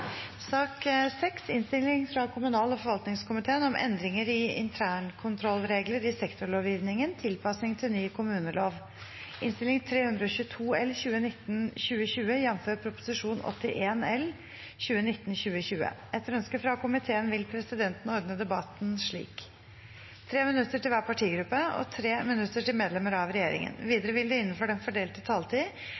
sak nr. 2. Etter ønske fra kommunal- og forvaltningskomiteen vil presidenten ordne debatten slik: 3 minutter til hver partigruppe og 3 minutter til medlemmer av regjeringen.